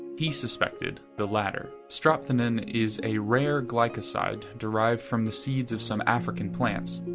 he suspected the latter. strophanthin is a rare glycoside derived from the seeds of some african plants.